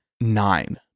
nine